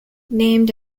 named